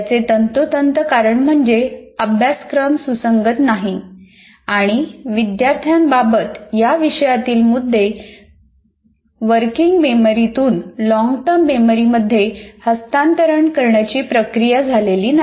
याचे तंतोतंत कारण म्हणजे अभ्यासक्रम सुसंगत नाही आणि विद्यार्थ्या बाबत या विषयातील मुद्दे कार्यरत मेमरीतून लॉन्गटर्म मेमरी हस्तांतरण करण्याची प्रक्रिया झालेली नाही